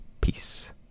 Peace